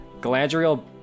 Galadriel